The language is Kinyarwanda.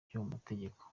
by’amategeko